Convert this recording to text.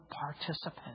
participant